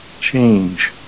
change